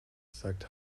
sagt